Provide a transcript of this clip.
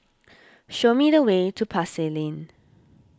show me the way to Pasar Lane